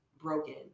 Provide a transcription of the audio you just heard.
broken